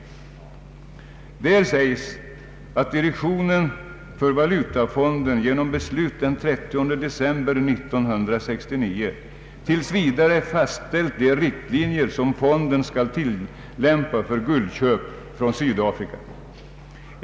Där sägs att direktionen för valutafonden genom beslut den 30 december 1969 tills vidare fastställt de riktlinjer som fonden skall tillämpa för guldköp från Sydafrika.